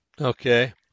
Okay